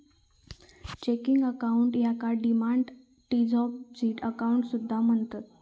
checking account याका demand deposit account असा सुद्धा म्हणतत